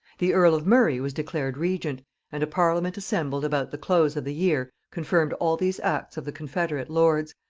the earl of murray was declared regent and a parliament assembled about the close of the year confirmed all these acts of the confederate lords,